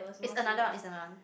is another one is another one